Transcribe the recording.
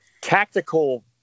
tactical